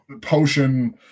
potion